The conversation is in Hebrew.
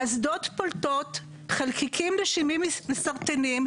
האסדות פולטות חלקיקים --- מסרטנים,